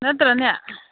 ꯅꯠꯇ꯭ꯔꯅꯦ